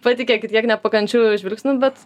patikėkit kiek nepakančių žvilgsnių bet